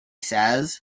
says